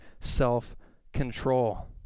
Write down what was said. self-control